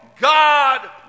God